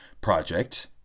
project